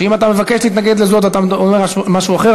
שאם אתה מבקש להתנגד ואומר משהו אחר,